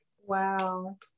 wow